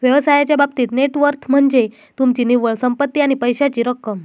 व्यवसायाच्या बाबतीत net worth म्हनज्ये तुमची निव्वळ संपत्ती आणि पैशाची रक्कम